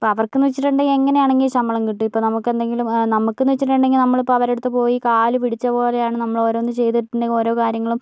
ഇപ്പോൾ അവർക്കെന്ന് വെച്ചിട്ടുണ്ടെങ്കിൽ എങ്ങനെയാണെങ്കിലും ശമ്പളം കിട്ടും ഇപ്പോൾ നമുക്കെന്തെങ്കിലും നമുക്കെന്ന് വെച്ചിട്ടുണ്ടെങ്കിൽ നമ്മളിപ്പോൾ അവരുടെയടുത്ത് പോയി കാല് പിടിച്ച പോലെയാണ് നമ്മളോരോന്ന് ചെയ്തിട്ടുണ്ടെങ്കിൽ ഓരോ കാര്യങ്ങളും